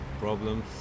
problems